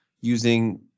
using